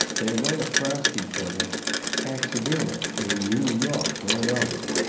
they run acrost each other accidental in new york one autumn.